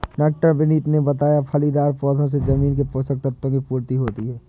डॉ विनीत ने बताया फलीदार पौधों से जमीन के पोशक तत्व की पूर्ति होती है